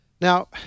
Now